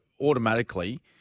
automatically